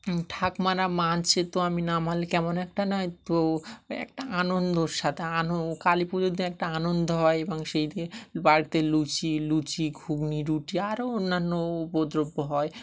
ঠাকমারা মাানছে তো আমি না মানলে কেমন একটা না তো একটা আনন্দর সাথে আন কালী পুজোতে একটা আনন্দ হয় এবং সেইদিন বাড়িতে লুচি লুচি ঘুগনি রুটি আরও অন্যান্য উপ দ্রব্য হয়